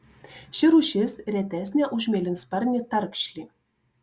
ši rūšis retesnė už mėlynsparnį tarkšlį